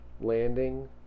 landing